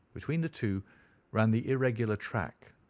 between the two ran the irregular track,